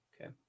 Okay